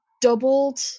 doubled